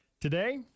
Today